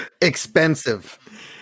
expensive